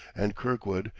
and kirkwood,